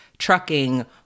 trucking